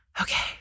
okay